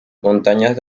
montañas